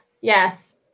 Yes